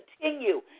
continue